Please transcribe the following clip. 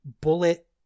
Bullet